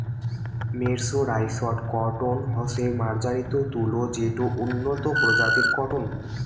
mercerised cotton হসে মার্জারিত তুলো যেটো উন্নত প্রজাতির কটন